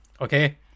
Okay